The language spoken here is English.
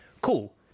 Cool